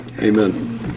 Amen